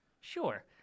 sure